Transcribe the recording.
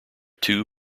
two